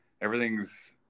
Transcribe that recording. everything's